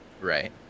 Right